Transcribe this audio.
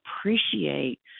appreciate